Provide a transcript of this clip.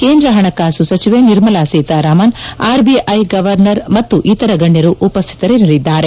ಕೇಂದ್ರ ಹಣಕಾಸು ಸಚಿವೆ ನಿರ್ಮಲಾ ಸೀತಾರಾಮನ್ ಆರ್ಬಿಐ ಗವರ್ನರ್ ಮತ್ತು ಇತರ ಗಣ್ಣರು ಉಪಸ್ವಿತರಿರಲಿದ್ದಾರೆ